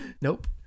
Nope